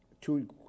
two